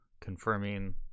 confirming